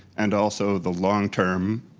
and also the long-term,